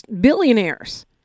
billionaires